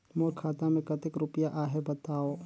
मोर खाता मे कतेक रुपिया आहे बताव?